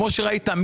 כמו שראית,